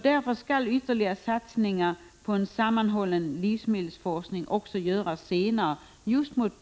Därför skall ytterligare satsningar på en sammanhållen livsmedelsforskning göras senare.